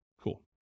Cool